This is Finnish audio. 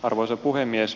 arvoisa puhemies